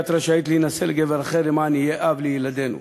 את רשאית להינשא לגבר אחר למען יהיה אב לילדינו.